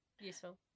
Useful